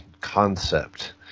concept